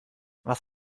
was